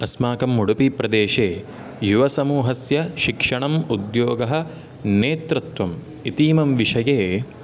अस्माकम् उडुपिप्रदेशे युवसमूहस्य शिक्षणम् उद्योगः नेतृत्वम् इतीमं विषये